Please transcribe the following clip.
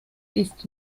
ist